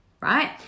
right